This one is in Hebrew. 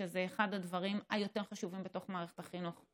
שזה אחד הדברים היותר-חשובים בתוך מערכת החינוך,